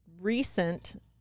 recent